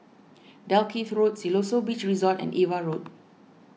Dalkeith Road Siloso Beach Resort and Ava Road